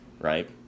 right